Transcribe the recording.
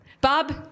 Bob